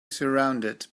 surounded